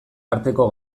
arteko